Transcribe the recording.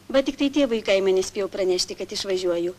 va tiktai tėvui į kaimą nespėjau pranešti kad išvažiuoju